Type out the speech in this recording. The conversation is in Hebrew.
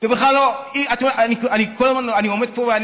אני עומד פה,